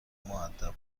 مودبتر